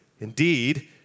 Indeed